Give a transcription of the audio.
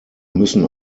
müssen